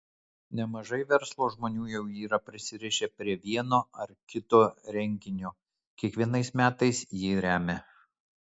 nemažai verslo žmonių jau yra prisirišę prie vieno ar kito renginio kiekvienais metais jį remią